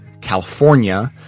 California